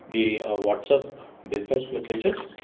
the what's up business messages?